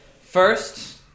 First